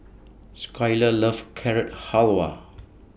Skyler loves Carrot Halwa